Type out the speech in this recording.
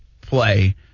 play